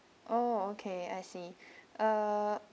oh okay I see uh